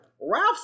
Ralph